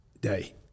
day